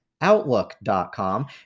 outlook.com